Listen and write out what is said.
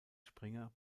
springer